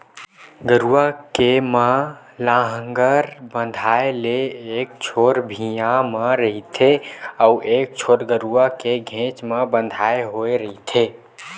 गरूवा के म लांहगर बंधाय ले एक छोर भिंयाँ म रहिथे अउ एक छोर गरूवा के घेंच म बंधाय होय रहिथे